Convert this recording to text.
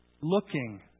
looking